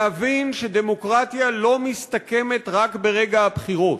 להבין שדמוקרטיה לא מסתכמת רק ברגע הבחירות.